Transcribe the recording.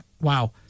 Wow